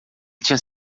tinha